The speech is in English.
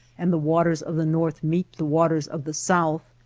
and the waters of the north meet the waters of the south,